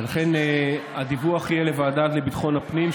ולכן הדיווח יהיה לוועדה לביטחון הפנים,